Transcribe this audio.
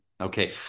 Okay